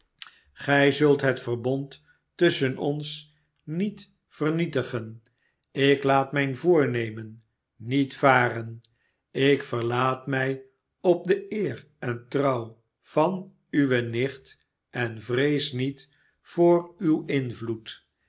gij zult het verbond tusschen ons niet vernietigen ik laat mijn voornemen niet varen ik verlaat mij op de eer en trouw van uwe nicht en vrees niet voor uw invloed